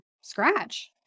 scratch